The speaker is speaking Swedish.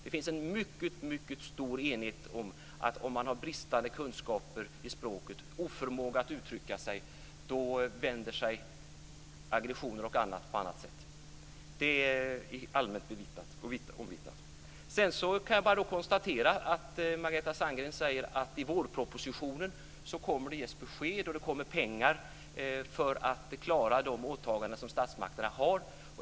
Det finns en mycket stor enighet om att om man har bristande kunskaper i språket och oförmåga att uttrycka sig, då tar sig aggressioner och annat andra uttryck. Det är allmänt omvittnat. Sedan kan jag bara konstatera att Margareta Sandgren säger att i vårpropositionen kommer det att ges besked, och det kommer pengar för att klara de åtaganden som statsmakterna har.